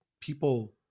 people